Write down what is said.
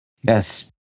Yes